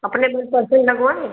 अपने घर पर्पल लगवाए